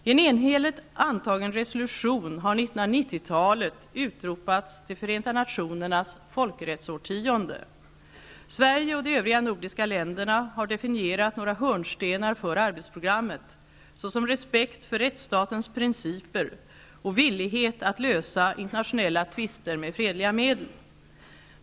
I en enhälligt antagen resolution har 1990-talet utropats till Förenta nationernas folkrättsårtioende. Sverige och de övriga nordiska länderna har definierat några hörnstenar för arbetsprogrammet, såsom respekt för rättsstatens principer och villighet att lösa internationella tvister med fredliga medel.